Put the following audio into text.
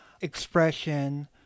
expression